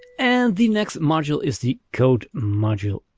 and the next module is the code module.